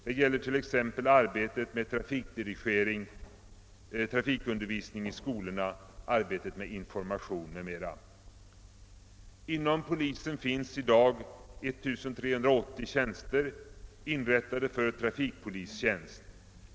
Det gäller t.ex. arbetet med trafikdirigering, trafikundervisning i skolorna, arbete med information m.m. Inom polisen finns i dag 1 380 tjänster, inrättade för trafikpolistjänst.